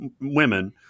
women